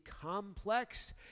complex